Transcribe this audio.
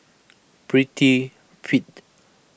Prettyfit